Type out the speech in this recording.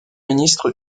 ministre